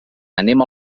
anem